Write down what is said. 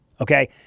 Okay